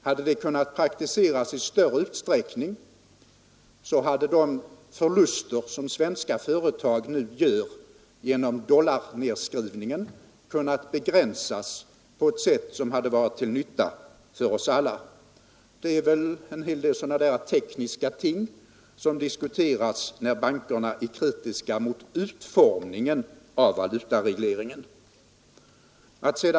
Hade det kunnat praktiseras i större utsträckning, så hade de förluster som svenska företag nu gör på grund av dollarnedskrivningen kunnat begränsas på ett sätt som varit till nytta för oss alla. Det är väl en hel del sådana där tekniska ting som diskuteras, när bankerna är kritiska mot valutaregleringens utformning.